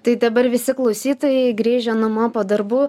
tai dabar visi klausytojai grįžę namo po darbų